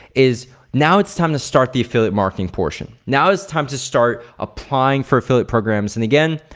is now it's time to start the affiliate marketing portion. now it's time to start applying for affiliate programs and again,